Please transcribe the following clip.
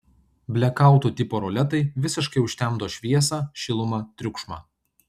blekautų tipo roletai visiškai užtemdo šviesą šilumą triukšmą